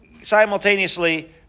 simultaneously